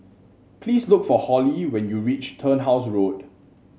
please look for Holly when you reach Turnhouse Road